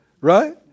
right